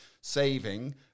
saving